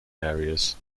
areas